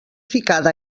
ficada